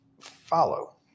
follow